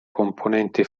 componenti